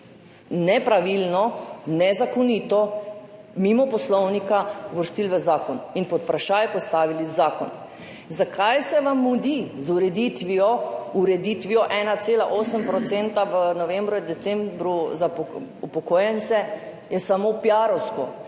nepravilno, nezakonito, mimo poslovnika uvrstili v zakon in pod vprašaj postavili zakon. Zakaj se vam mudi z ureditvijo 1,8 % v novembru in decembru za upokojence, je samo piarovsko.